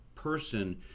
Person